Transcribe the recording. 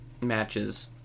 matches